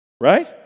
right